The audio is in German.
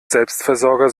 selbstversorger